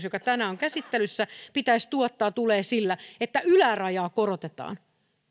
joka tänään on käsittelyssä pitäisi tuottaa tulee sillä että ylärajaa korotetaan